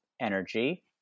energy